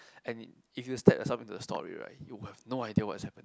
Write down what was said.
and if you step yourself into the story right you will no idea what is happening